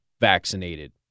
vaccinated